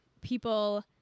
people